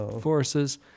forces